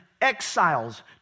exiles